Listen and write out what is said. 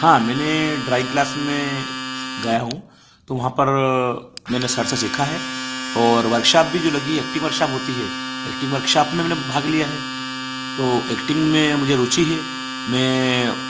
हाँ मैंने drawing class में गया हूँ तो वहाँ पर मैंने सर से सीखा है और वार्कशाप भी जो लगी है एक्टिंग वार्कशाप होती है एक्टिंग वर्कशाप में मैंने भाग लिया है तो एक्टिंग में मुझे रुचि हे मैं